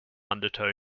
undertow